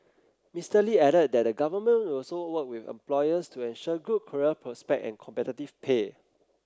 Mister Lee added that the Government will also work with employers to ensure good career prospect and competitive pay